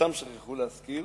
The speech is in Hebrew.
אותם שכחו להזכיר,